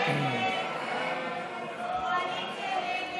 ההצעה להעביר